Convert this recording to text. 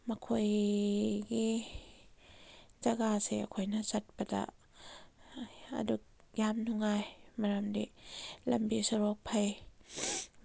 ꯃꯈꯣꯏꯒꯤ ꯖꯒꯥꯁꯦ ꯑꯩꯈꯣꯏꯅ ꯆꯠꯄꯗ ꯑꯗꯨꯛ ꯌꯥꯝ ꯅꯨꯡꯉꯥꯏ ꯃꯔꯝꯗꯤ ꯂꯝꯕꯤ ꯁꯣꯔꯣꯛ ꯐꯩ